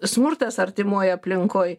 smurtas artimoj aplinkoj